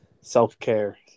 self-care